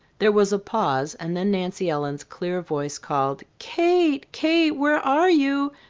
there was a pause and then nancy ellen's clear voice called kate! kate! where are you?